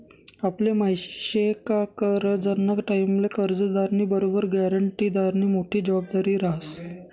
आपले माहिती शे का करजंना टाईमले कर्जदारनी बरोबर ग्यारंटीदारनी मोठी जबाबदारी रहास